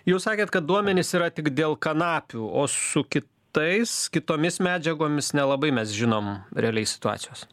jūs sakėt kad duomenys yra tik dėl kanapių o su kitais kitomis medžiagomis nelabai mes žinom realiai situacijos